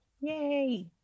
yay